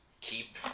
keep